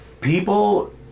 People